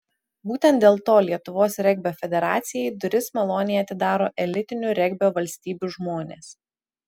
būtent dėl to lietuvos regbio federacijai duris maloniai atidaro elitinių regbio valstybių žmonės